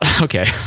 Okay